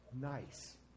nice